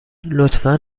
لطفا